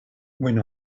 when